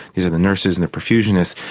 these are the nurses and the profusionist.